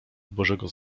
bożego